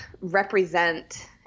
represent